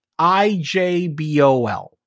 ijbol